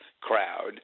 crowd